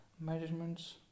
measurements